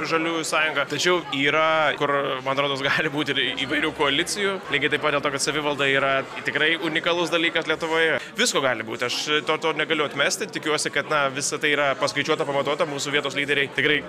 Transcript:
žaliųjų sąjungą tačiau yra kur man rodos gali būti ir įvairių koalicijų lygiai taip pat dėl to kad savivalda yra tikrai unikalus dalykas lietuvoje visko gali būti aš to negaliu atmesti tikiuosi kad na visa tai yra paskaičiuota panaudota mūsų vietos lyderiai tikrai